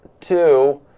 Two